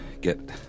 get